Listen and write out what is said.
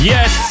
Yes